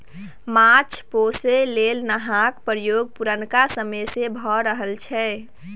माछ पोसय लेल नाहक प्रयोग पुरनका समय सँ भए रहल छै